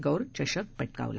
गौर चषक पटकावला